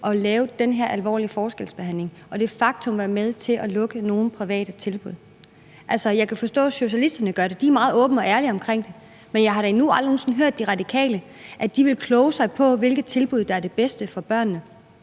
at lave den her alvorlige forskelsbehandling, hvor man de facto er med til at lukke nogle private tilbud. Jeg kan forstå, at socialisterne gør det – de er meget åbne og ærlige omkring det – men jeg har da aldrig nogen sinde hørt, at De Radikale vil kloge sig på, hvilket tilbud der er det bedste for børnene.